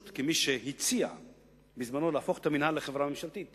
היכולות של הממשלה לתכנן,